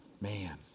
Man